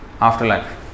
afterlife